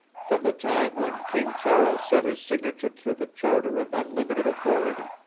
from the time when king charles set his signature to the charter of unlimited authority.